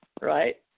right